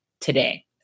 today